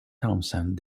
townsend